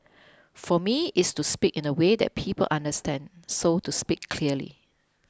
for me it's to speak in a way that people understand so to speak clearly